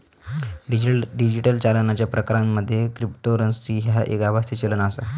digital चालनाच्या प्रकारांमध्ये cryptocurrency ह्या एक आभासी चलन आसा